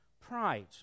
pride